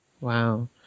Wow